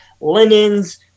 linens